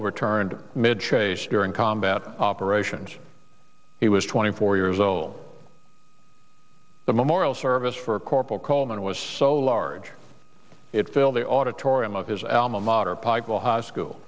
overturned mid trace during combat operations he was twenty four years old the memorial service for corporal coleman was so large it filled the auditorium of his album mater piko high school